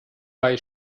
bei